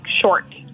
short